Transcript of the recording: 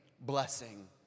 blessing